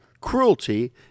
cruelty